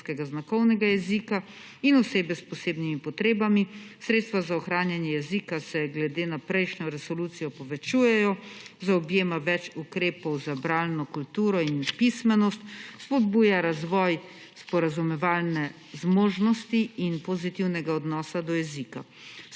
znakovnega jezika in osebe s posebnimi potrebami, 85. TRAK: (TB) – 16.00 (nadaljevanje) sredstva za ohranjanje jezika se glede na prejšnjo resolucijo povečujejo. Zaobjema več ukrepov za bralno kulturo in pismenost, spodbuja razvoj sporazumevalne zmožnosti in pozitivnega odnosa do jezika.